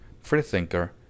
Freethinker